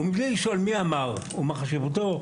ומזה לשאול מי אמר, ומהי חשיבותו?